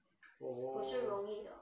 oh